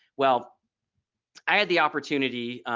well i had the opportunity.